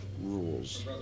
rules